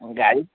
গাড়ী